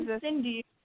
Cindy